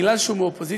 בגלל שהוא באופוזיציה,